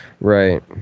Right